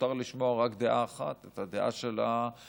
מותר לשמוע רק דעה אחת, את הדעה של השלטון.